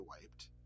wiped